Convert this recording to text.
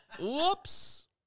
Whoops